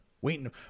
waiting